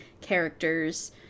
characters